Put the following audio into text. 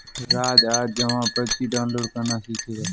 राज आज जमा पर्ची डाउनलोड करना सीखेगा